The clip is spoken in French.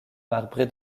marbré